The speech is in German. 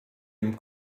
dem